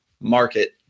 market